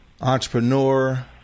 entrepreneur